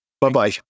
Bye-bye